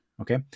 Okay